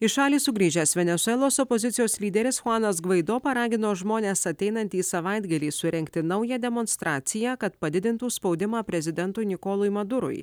į šalį sugrįžęs venesuelos opozicijos lyderis chuanas gvaido paragino žmones ateinantį savaitgalį surengti naują demonstraciją kad padidintų spaudimą prezidentui nikolui madurui